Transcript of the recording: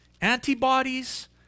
antibodies